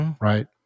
Right